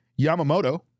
Yamamoto